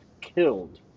killed